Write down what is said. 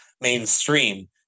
mainstream